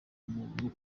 muntu